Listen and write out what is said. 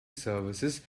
services